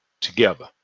together